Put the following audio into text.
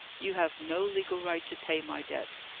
you have no legal right to pay my debts.